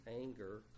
anger